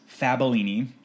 Fabellini